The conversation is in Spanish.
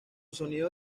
sonido